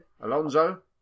Alonso